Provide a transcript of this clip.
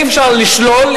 אי-אפשר לשלול,